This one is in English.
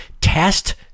test